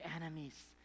enemies